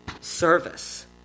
service